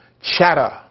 chatter